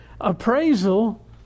appraisal